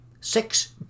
Six